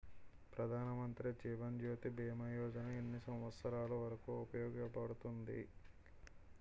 ప్రధాన్ మంత్రి జీవన్ జ్యోతి భీమా యోజన ఎన్ని సంవత్సారాలు వరకు ఉపయోగపడుతుంది?